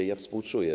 Ja współczuję.